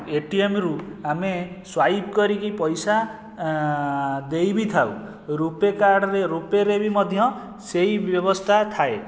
ଏଟିଏମରୁ ଆମେ ସ୍ୱାଇପ କରି'କି ପଇସା ଦେଇ ବି ଥାଉ ରୂପେ କାର୍ଡ଼ରେ ରୂପେରେ ବି ମଧ୍ୟ ସେଇ ବ୍ୟବସ୍ଥା ଥାଏ